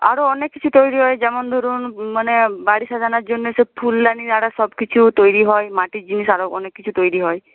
আরও অনেক কিছু তৈরি হয় যেমন ধরুন মানে বাড়ি সাজানোর জন্য সে ফুলদানি নানা সব কিছু তৈরি হয় মাটির জিনিস আরও অনেক কিছু তৈরি হয়